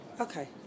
Okay